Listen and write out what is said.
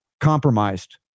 compromised